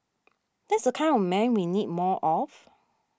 that's the kind of man we need more of